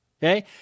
Okay